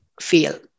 feel